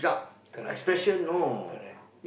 correct correct correct correct correct